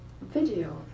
video